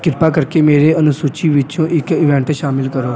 ਕਿਰਪਾ ਕਰਕੇ ਮੇਰੇ ਅਨੁਸੂਚੀ ਵਿੱਚੋਂ ਇੱਕ ਇਵੈਂਟ ਸ਼ਾਮਲ ਕਰੋ